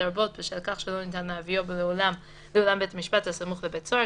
לרבות בשל כך שלא ניתן להביאו לאולם בית משפט הסמוך לבית סוהר,